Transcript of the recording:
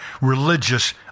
religious